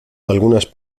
algunas